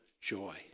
joy